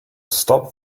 stop